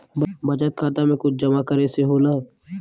बचत खाता मे कुछ जमा करे से होला?